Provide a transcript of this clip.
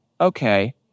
Okay